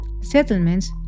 settlements